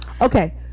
Okay